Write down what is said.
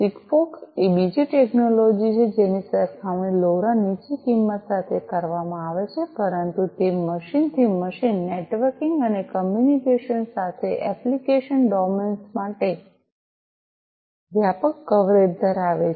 Sigfox એ બીજી technology છે જેની સરખામણી લોરા નીચી કિંમત સાથે કરવામાં આવે છે પરંતુ તે મશીન થી મશીન નેટવર્કિંગ અને કોમ્યુનિકેશન સાથે એપ્લિકેશન ડોમેન્સ માટે વ્યાપક કવરેજ ધરાવે છે